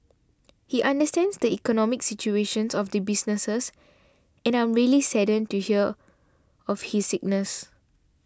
he understands the economic situation of the businesses and I'm really saddened to hear of his sickness